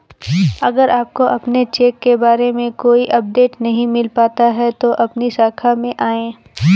अगर आपको अपने चेक के बारे में कोई अपडेट नहीं मिल पाता है तो अपनी शाखा में आएं